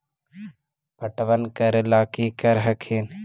पटबन करे ला की कर हखिन?